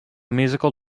musical